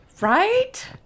Right